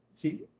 See